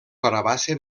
carabassa